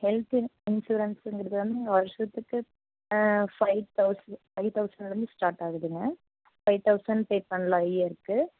health இன் இன்ஷூரன்ஸுங்கிறது வந்து நீங்கள் வருஷத்துக்கு ஃபை தௌசண்ட் ஃபை தௌசண்ட்லருந்து ஸ்டார்ட் ஆகுதுங்க ஃபை தௌசண்ட் பே பண்ணலாம் இயருக்கு